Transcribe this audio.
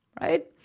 right